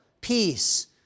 peace